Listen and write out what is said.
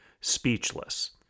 Speechless